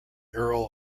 earl